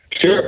Sure